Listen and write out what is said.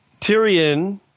Tyrion –